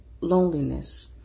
loneliness